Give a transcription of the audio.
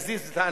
נזיז את האנשים.